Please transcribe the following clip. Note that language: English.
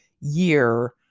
year